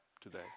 today